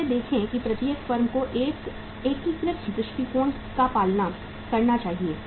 जैसे देखें कि प्रत्येक फर्म को एक एकीकृत दृष्टिकोण का पालन करना चाहिए